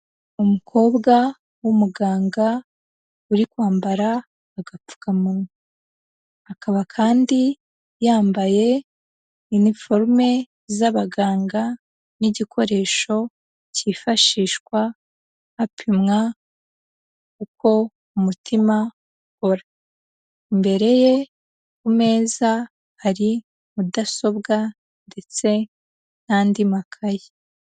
Umukobwa w'umuganga uri kwambara agapfukamunwa, akaba kandi yambaye iniforume z'abaganga n'igikoresho cyifashishwa hapimwa uko umutima ukora. Imbere ye ku meza hari mudasobwa ndetse n'andi makaye.